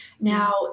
Now